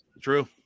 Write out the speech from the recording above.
true